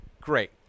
Great